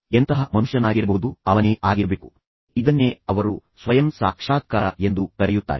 ತದನಂತರ ಅವನು ಅಂಕ ಪಡೆಯುವುದು ಅವನಿಗಿಂತ ಮುಖ್ಯವೇ ಎಂದು ಅವನಿಗೆ ಮನವರಿಕೆ ಮಾಡಿಕೊಡಬಹುದು